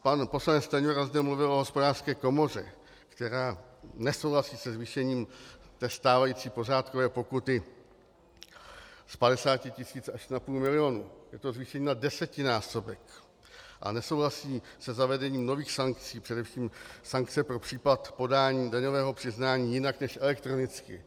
Pan poslanec Stanjura zde mluvil o Hospodářské komoře, která nesouhlasí se zvýšením stávající pořádkové pokuty z 50 tisíc až na půl milionu, je to zvýšení na desetinásobek, a nesouhlasí se zavedením nových sankcí, především sankce pro případ podání daňového přiznání jinak než elektronicky.